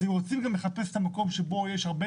אז אם רוצים לחפש את המקום שבו יש הרבה